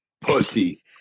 pussy